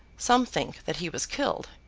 some think that he was killed,